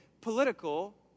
political